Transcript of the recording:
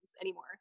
anymore